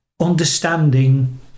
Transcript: understanding